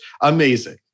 Amazing